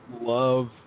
love